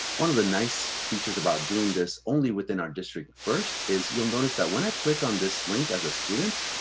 one of the nice features about doing this only within our district first, is you'll notice that when i click on this link as a student,